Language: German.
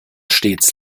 stets